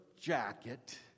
jacket